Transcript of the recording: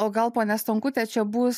o gal ponia stonkute čia bus